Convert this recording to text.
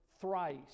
thrice